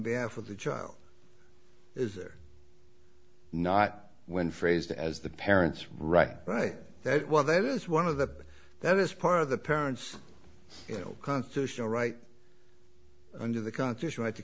behalf of the child is there not when phrased as the parent's right right that well that is one of the that is part of the parents you know constitutional right under the contest right t